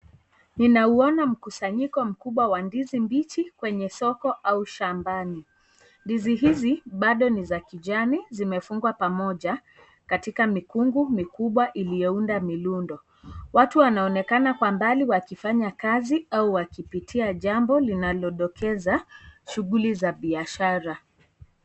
Ninauona mkusanyiko mkubwa wa ndizi kwenye soko au shambani. Ndizi hizi bado ni za kijani. Zimefungwa pamoja katika mikungu mikubwa iliyounda mirundo. Watu wanaonekana kwa mbali wakifanya kazi au wakipitia jambo linalodokeza shughuli za biashara.